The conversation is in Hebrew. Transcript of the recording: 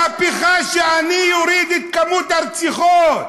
מהפכה, שאני אוריד את מספר הרציחות,